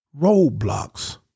roadblocks